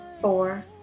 four